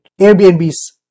Airbnb's